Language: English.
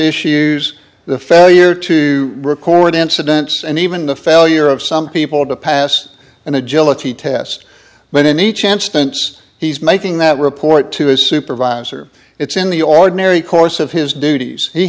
issues the failure to record incidents and even the failure of some people to pass an agility test but any chance tense he's making that report to his supervisor it's in the ordinary course of his duties he